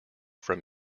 from